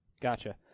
Gotcha